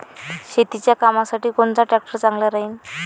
शेतीच्या कामासाठी कोनचा ट्रॅक्टर चांगला राहीन?